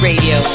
Radio